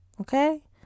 okay